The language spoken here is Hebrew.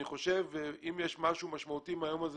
אני חושב שאם יש משהו משמעותי מהיום הזה